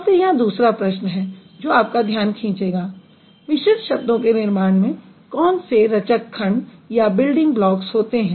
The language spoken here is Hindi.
फिर यहाँ दूसरा प्रश्न है जो आपका ध्यान खींचेगा मिश्रित शब्दों के निर्माण में कौन से रचक खंड होते हैं